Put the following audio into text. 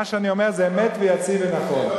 מה שאני אומר זה אמת ויציב ונכון.